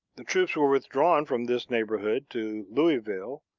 the troops were withdrawn from this neighborhood to louisville,